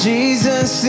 Jesus